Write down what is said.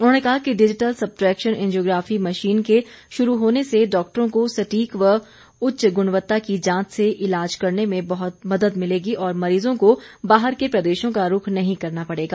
उन्होंने कहा कि डिजीटल सबट्रेक्शन एंजियोग्राफी मशीन के शुरू होने से डॉक्टरों को सटीक व उच्च गुणवत्ता की जांच से ईलाज करने में बहुत मदद मिलेगी और मरीजों को बाहर के प्रदेशों का रुख नहीं करना पड़ेगा